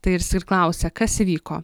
tai jis ir klausia kas įvyko